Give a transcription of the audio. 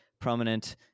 prominent